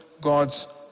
God's